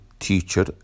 teacher